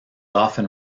often